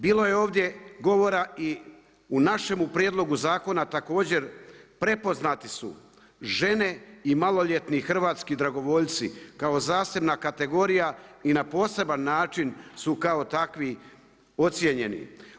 Bilo je ovdje govora i u našemu prijedlogu zakona također prepoznati su žene i maloljetni hrvatski dragovoljci kao zasebna kategorija i na poseban način su kao takvi ocjenjeni.